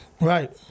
Right